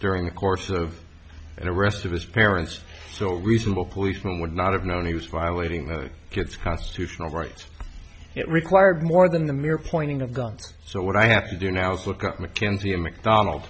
during the course of an arrest of his parents so reasonable policeman would not have known he was violating their kids constitutional rights it required more than the mere pointing of guns so what i have to do now is look at mckenzie and mcdonald